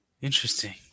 Interesting